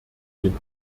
den